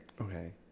okay